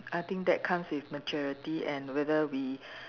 I think that comes with maturity and whether we